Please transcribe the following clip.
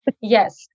Yes